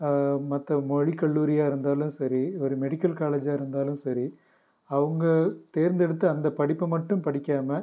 மற்ற மொழி கல்லூரியாக இருந்தாலும் சரி ஒரு மெடிக்கல் காலேஜாக இருந்தாலும் சரி அவங்க தேர்ந்தெடுத்த அந்த படிப்பை மட்டும் படிக்காமல்